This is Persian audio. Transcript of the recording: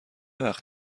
وقت